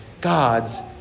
God's